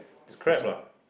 it's crap lah